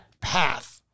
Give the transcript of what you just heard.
path